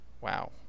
Wow